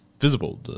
visible